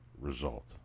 result